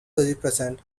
represents